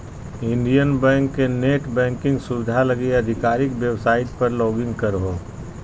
Indian Bank के net banking सुविधा लगी आधिकारिक वेबसाइट पर लॉगिन करहो